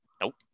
Nope